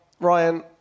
Ryan